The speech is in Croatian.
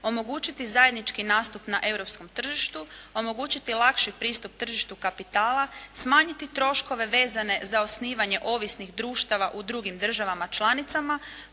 omogućiti zajednički nastup na europskom tržištu, omogućiti lakši pristup tržištu kapitala, smanjiti troškove vezane za osnivanje ovisnih društava u drugim državama članicama,